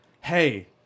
Hey